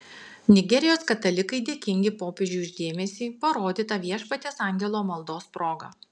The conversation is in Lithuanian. nigerijos katalikai dėkingi popiežiui už dėmesį parodytą viešpaties angelo maldos proga